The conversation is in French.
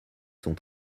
sont